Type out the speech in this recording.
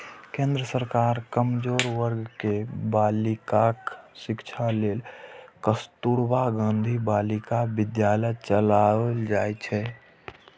केंद्र द्वारा कमजोर वर्ग के बालिकाक शिक्षा लेल कस्तुरबा गांधी बालिका विद्यालय चलाएल जाइ छै